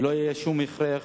ולא היה שום הכרח